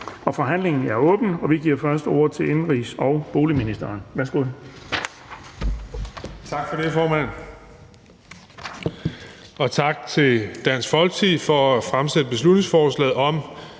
Forhandlingen er åbnet. Vi giver først ordet til indenrigs- og boligministeren.